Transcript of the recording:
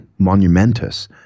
monumentous